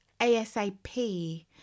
ASAP